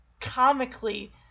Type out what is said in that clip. comically